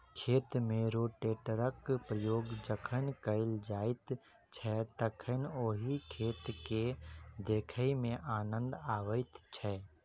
खेत मे रोटेटरक प्रयोग जखन कयल जाइत छै तखन ओहि खेत के देखय मे आनन्द अबैत छै